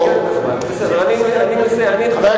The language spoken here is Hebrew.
בחיסכון.